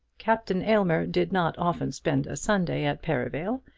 captain aylmer did not often spend a sunday at perivale,